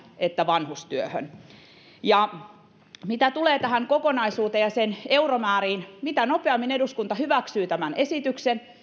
että vanhustyöhön mitä tulee tähän kokonaisuuteen ja sen euromääriin niin mitä nopeammin eduskunta hyväksyy tämän esityksen